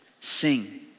sing